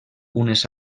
unes